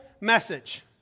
message